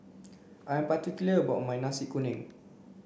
I am particular about my nasi kuning